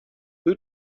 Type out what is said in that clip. who